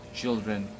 children